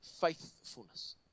faithfulness